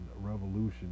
Revolution